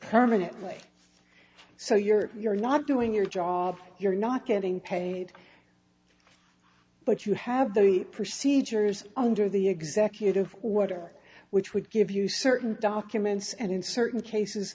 permanently so you're you're not doing your job you're not getting paid but you have the procedures under the executive order which would give you certain documents and in certain cases